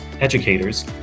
educators